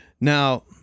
Now